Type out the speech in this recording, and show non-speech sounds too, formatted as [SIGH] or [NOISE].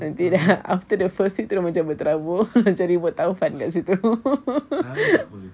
nanti dah after the first week terus dah macam berterabur macam ribut taufan kat situ [LAUGHS]